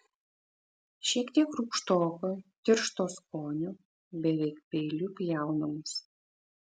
šiek tiek rūgštoko tiršto skonio beveik peiliu pjaunamas